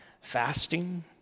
fasting